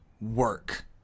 work